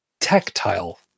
tactile